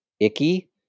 icky